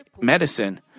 medicine